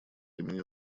имени